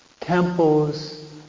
temples